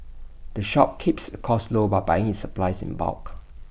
the shop keeps its costs low by buying supplies in bulk